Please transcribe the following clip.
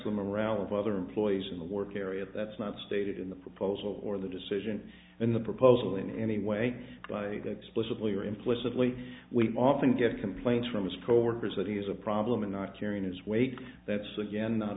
the morale of other employees in the work area that's not stated in the proposal or the decision in the proposal in any way by explicitly or implicitly we often get complaints from his coworkers that he has a problem and not hearing his weight that's again not